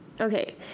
Okay